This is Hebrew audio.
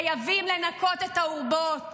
חייבים לנקות את האורוות.